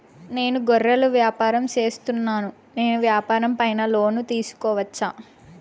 నేను గొర్రెలు వ్యాపారం సేస్తున్నాను, నేను వ్యాపారం పైన లోను తీసుకోవచ్చా?